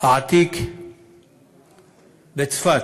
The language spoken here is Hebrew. העתיק בצפת.